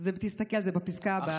תסתכל, זה בפסקה הבאה.